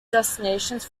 destinations